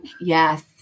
yes